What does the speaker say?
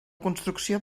construcció